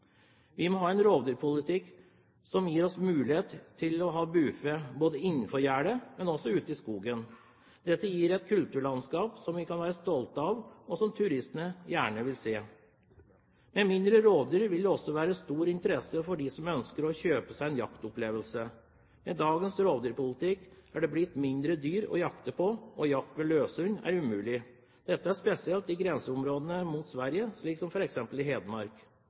Vi må ha en rovdyrpolitikk som gir oss mulighet til å ha bufe både innenfor gjerdet og ute i skogen. Dette gir et kulturlandskap som vi kan være stolte av, og som turistene gjerne vil se. Med mindre rovdyr vil det også være stor interesse for dem som ønsker å kjøpe seg en jaktopplevelse. Med dagens rovdyrpolitikk er det blitt mindre dyr å jakte på. Jakt med løshund er umulig, spesielt i grenseområdene mot Sverige, slik som f.eks. i Hedmark.